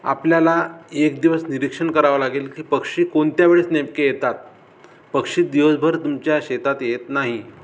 आपल्याला एक दिवस निरीक्षण करावं लागेल की पक्षी कोणत्या वेळेस नेमके येतात पक्षी दिवसभर तुमच्या शेतात येत नाही